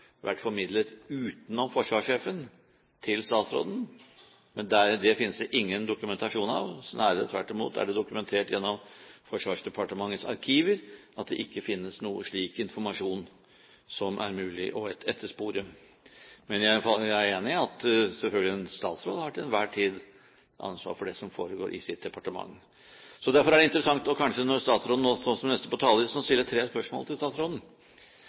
utenom forsvarssjefen til statsråden, men det finnes det ingen dokumentasjon av. Snarere tvert imot er det dokumentert gjennom Forsvarsdepartementets arkiver at det ikke finnes noen slik informasjon som det er mulig å etterspore. Men jeg er enig i at en statsråd selvfølgelig til enhver tid har ansvar for det som foregår i sitt departement. Derfor er det interessant, når statsråden nå står som neste på talerlisten, å stille tre spørsmål til statsråden: